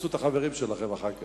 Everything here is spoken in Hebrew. חפשו את החברים שלך אחר כך.